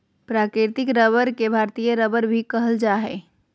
प्राकृतिक रबर के भारतीय रबर भी कहल जा हइ